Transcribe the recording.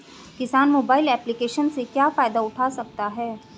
किसान mobile application से क्या फायदा उठा सकता है?